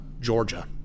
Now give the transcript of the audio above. Georgia